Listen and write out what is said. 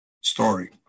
story